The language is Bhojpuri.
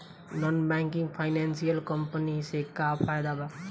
नॉन बैंकिंग फाइनेंशियल कम्पनी से का फायदा बा?